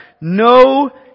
no